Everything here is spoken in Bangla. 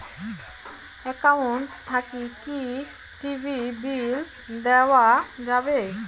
একাউন্ট থাকি কি টি.ভি বিল দেওয়া যাবে?